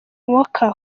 walker